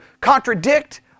contradict